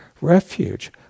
refuge